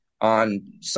on